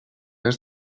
has